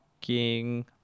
King